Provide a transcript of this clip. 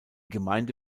gemeinde